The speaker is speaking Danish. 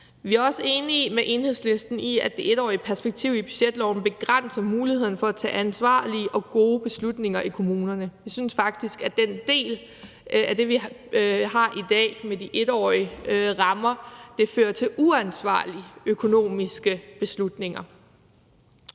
Vi er også enige med Enhedslisten i, at det 1-årige perspektiv i budgetloven begrænser muligheden for at tage ansvarlige og gode beslutninger i kommunerne. Vi synes faktisk, at det, vi har i dag med de 1-årige rammer, fører til uansvarlige økonomiske beslutninger.